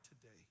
today